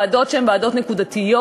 ועדות שהן ועדות נקודתיות.